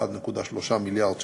1.3 מיליארד שקלים.